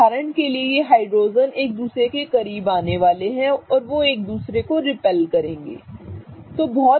उदाहरण के लिए ये दो हाइड्रोजेन एक दूसरे के करीब आने वाले हैं और वे एक दूसरे को रिपेल करेंगे ठीक है